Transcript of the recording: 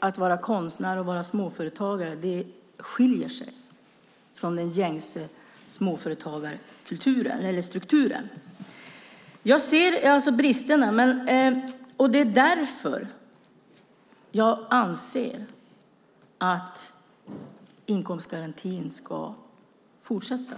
att vara konstnär och småföretagare skiljer sig från den gängse småföretagarstrukturen. Jag ser bristerna. Det är därför jag anser att inkomstgarantin ska fortsätta.